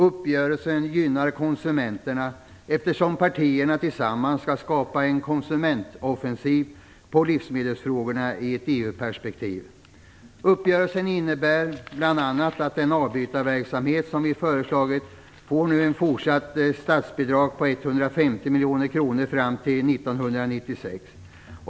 Uppgörelsen gynnar konsumenterna, eftersom partierna tillsammans skall skapa en konsumentoffensiv för livsmedelsfrågor i ett EU-perspektiv. Uppgörelsen innebär bl.a. att den avbytarverksamhet som vi föreslagit får ett fortsatt statsbidrag på 150 miljoner kronor fram till 1996.